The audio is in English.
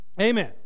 Amen